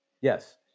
Yes